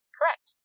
Correct